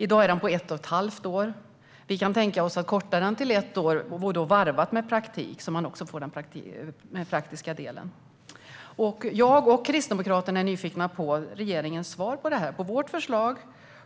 I dag är den på ett och ett halvt år. Vi kan tänka oss att korta den till ett år. Det ska då varvas med praktik, så att man också får den praktiska delen. Jag och Kristdemokraterna är nyfikna på regeringens svar när det gäller vårt förslag.